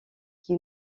qui